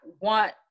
want